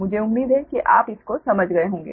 मुझे उम्मीद है कि आप इस को समझ गए होंगे